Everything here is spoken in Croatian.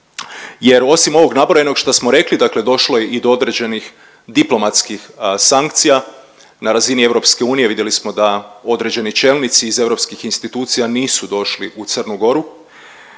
jer osim ovog nabrojenog što smo rekli, dakle došlo je i do određenih diplomatskih sankcija na razini Europske unije. Vidjeli smo da određeni čelnici iz europskih institucija nisu došli u Crnu Goru.